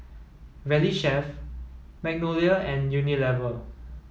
Valley Chef Magnolia and Unilever